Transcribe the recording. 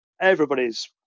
everybody's